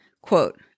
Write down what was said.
quote